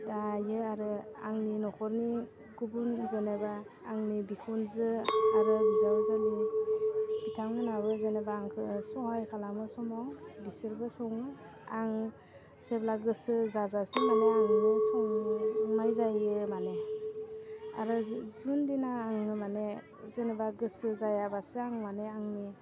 दायो आरो आंनि न'खरनि गुबुन जेनेबा आंनि बिखुनजो आरो बिजावजालि बिथांमोनाबो जेनेबा आंखौ सहाय खालामो समाव बिसोरबो सङो आं जेब्ला गोसो जाजासिम माने आंनो संनाय जायो माने आरो जाय दिना आङो माने जेनेबा गोसो जायाबासो आं माने आंनि